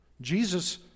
Jesus